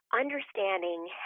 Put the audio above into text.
understanding